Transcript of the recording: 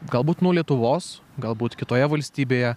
galbūt nuo lietuvos galbūt kitoje valstybėje